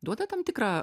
duoda tam tikrą